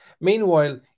Meanwhile